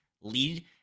lead